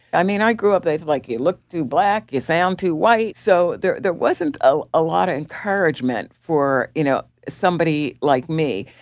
i mean, i grew up they said, like, you look too black. you sound too white. so there there wasn't a ah lot of encouragement for, you know, somebody like me.